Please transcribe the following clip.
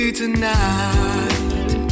tonight